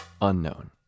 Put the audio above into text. unknown